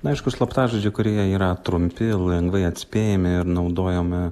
na aišku slaptažodžiai kurie yra trumpi lengvai atspėjami ir naudojami